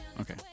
Okay